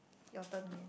your turn man